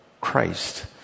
Christ